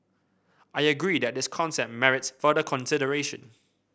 I agree that this concept merits further consideration